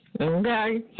Okay